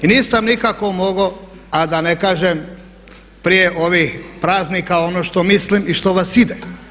I nisam nikako mogao a da ne kažem prije ovih praznika ono što mislim i što vas ide.